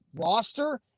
roster